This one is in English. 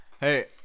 Hey